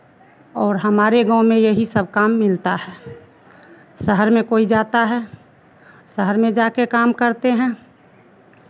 और हमारे गाँव में यही सब काम मिलता है शहर में कोई जाता है शहर में जा कर काम करते हैं